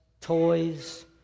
toys